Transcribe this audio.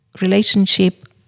relationship